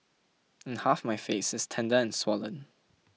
and half my face is tender and swollen